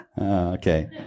Okay